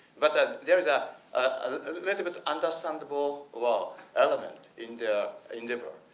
but ah there is a ah little bit understandable law element in the endeavor.